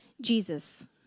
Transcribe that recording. Jesus